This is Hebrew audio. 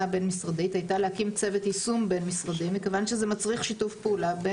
הבין-משרדית הייתה להקים צוות יישום בין-משרדי מכיוון שזה מצריך שיתוף פעולה.